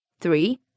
three